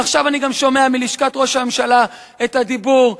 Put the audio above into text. ועכשיו אני גם שומע מלשכת ראש הממשלה את הדיבור: